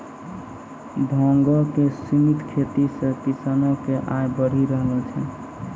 भांगो के सिमित खेती से किसानो के आय बढ़ी रहलो छै